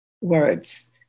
words